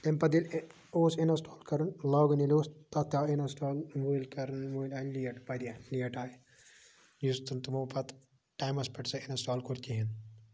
تَمہِ پَتہٕ ییٚلہِ اوس اِنسٹال کَرُن لاگُن ییٚلہِ اوس تَتھ تہِ آیہِ اِنسٹال وٲلۍ کَرن وٲلی آیہِ لیٹ واریاہ لیٹ آیہِ یُس زَن تِمَو پَتہٕ ٹایمَس پٮ۪ٹھ سُہ اِنسٹال کوٚر کِہیٖنۍ